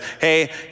hey